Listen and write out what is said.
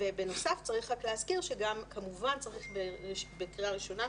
ובנוסף צריך להזכיר שכמובן צריך בקריאה ראשונה,